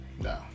No